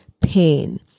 pain